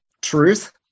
truth